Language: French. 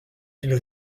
ils